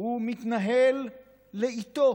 הוא מתנהל לאיטו,